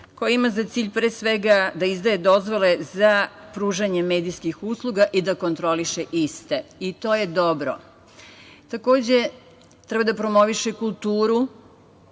koji ima za cilj pre svega da izdaje dozvole za pružanje medijskih usluga i da kontroliše iste. To je dobro. Takođe, treba da promoviše kulturu